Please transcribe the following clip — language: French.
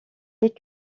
les